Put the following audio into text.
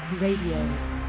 Radio